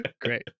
Great